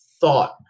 thought